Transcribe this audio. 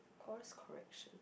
course correction